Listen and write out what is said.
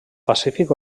pacífic